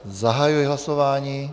Zahajuji hlasování.